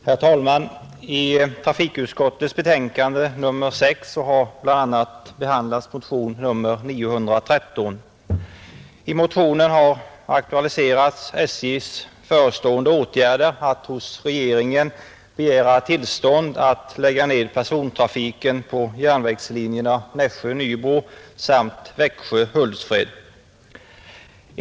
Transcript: Herr talman! I trafikutskottets betänkande nr 6 behandlas bl.a. motion nr 913. I motionen har aktualiserats SJ:s förestående åtgärd att hos regeringen begära tillstånd att lägga ned persontrafiken på järnvägslinjerna Nässjö—-Nybro och Växjö-Hultsfred.